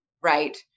Right